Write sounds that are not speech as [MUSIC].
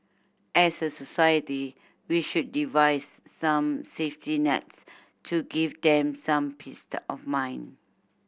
as a society we should devise some safety nets to give them some [UNINTELLIGIBLE] of mind